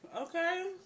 Okay